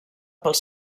pels